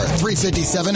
.357